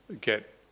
get